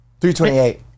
328